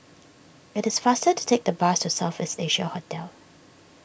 it is faster to take the bus to South East Asia Hotel